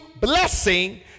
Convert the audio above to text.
blessing